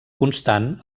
constant